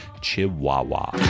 chihuahua